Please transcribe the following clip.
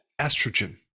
estrogen